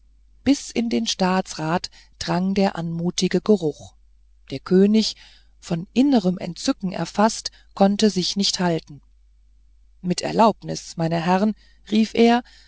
bis in den staatsrat drang der anmutige geruch der könig von innerem entzücken erfaßt konnte sich nicht halten mit erlaubnis meine herren rief er